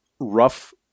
rough